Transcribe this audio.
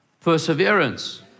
perseverance